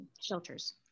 shelters